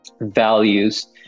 values